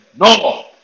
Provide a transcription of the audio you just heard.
No